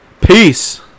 Peace